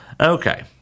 Okay